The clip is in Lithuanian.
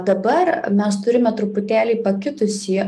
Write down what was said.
dabar mes turime truputėlį pakitusį